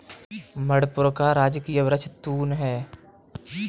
मणिपुर का राजकीय वृक्ष तून है